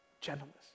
gentleness